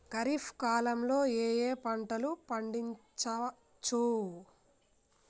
ఖరీఫ్ కాలంలో ఏ ఏ పంటలు పండించచ్చు?